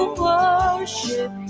worship